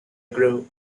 grew